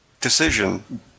decision